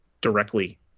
directly